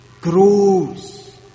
grows